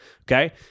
okay